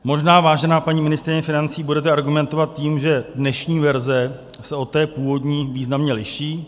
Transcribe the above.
Možná, vážená paní ministryně financí, budete argumentovat tím, že dnešní verze se od té původní výrazně liší.